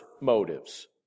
motives